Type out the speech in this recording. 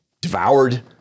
devoured